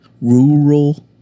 rural